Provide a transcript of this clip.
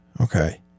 okay